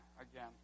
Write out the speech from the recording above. again